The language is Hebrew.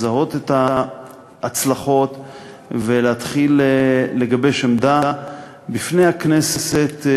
לזהות את ההצלחות ולהתחיל לגבש עמדה בפני הכנסת: